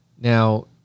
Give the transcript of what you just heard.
Now